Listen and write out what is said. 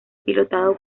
pilotado